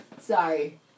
Sorry